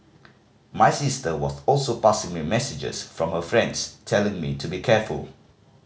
my sister was also passing me messages from her friends telling me to be careful